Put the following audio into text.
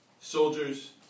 Soldiers